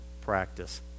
practice